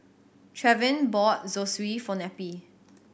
Trevin bought Zosui for Neppie